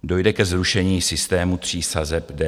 Dojde ke zrušení systému tří sazeb DPH.